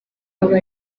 aba